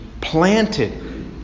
planted